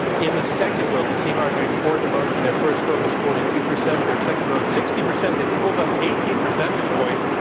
in the second vote, the team arguing for the motion their first vote was forty two percent their second vote, sixty percent. they pulled up eighteen percentage points.